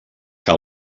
que